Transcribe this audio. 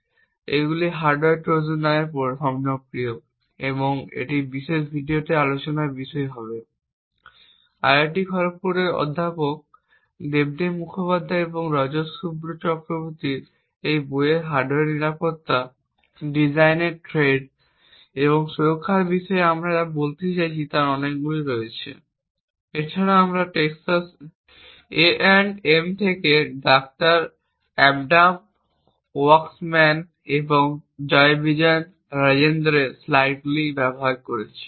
সুতরাং এগুলি hardware trojan হিসাবে জনপ্রিয় এবং এটি এই বিশেষ ভিডিওতে আলোচনার বিষয় হবে। IIT খড়গপুরের অধ্যাপক দেবদীপ মুখোপাধ্যায় এবং রজত শুভ্র চক্রবর্তীর এই বইয়ের হার্ডওয়্যার নিরাপত্তা ডিজাইনের থ্রেড এবং সুরক্ষার বিষয়ে আমি যা বলতে যাচ্ছি তার অনেকগুলিই রয়েছে। এছাড়াও আমি টেক্সাস এ অ্যান্ড এম থেকে ডাক্তার অ্যাডাম ওয়াকসম্যান এবং জয়বিজয়ন রাজেন্দ্রনের স্লাইডগুলি ব্যবহার করেছি